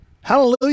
hallelujah